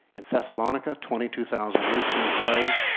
at thessalonica twenty two thousand greeks are enslaved.